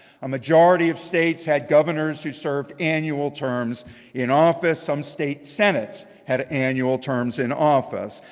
a majority of states had governors who served annual terms in office. some state senates had annual terms in office.